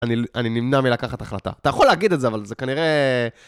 אני נמנע מלקחת החלטה, אתה יכול להגיד את זה, אבל זה כנראה...